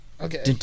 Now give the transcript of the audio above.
Okay